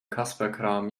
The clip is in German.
kasperkram